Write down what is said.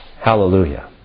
Hallelujah